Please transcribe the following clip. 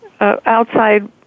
outside